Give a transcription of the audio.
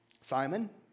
Simon